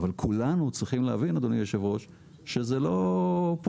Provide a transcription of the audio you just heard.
אבל כולנו צריכים להבין אדוני יושב הראש שזה לא "פוס",